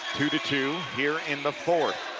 two two two here in the fourth.